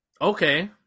Okay